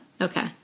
Okay